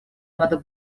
надо